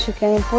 came